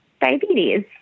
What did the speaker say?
diabetes